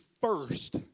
first